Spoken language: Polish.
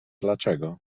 dlaczego